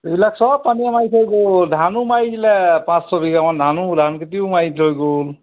এইবিলাক চব পানীয়ে মাৰি থৈ গ'ল ধানো মাৰি দিলে পাঁচ ছবিঘামান ধানো ধান খেতিও মাৰি থৈ গ'ল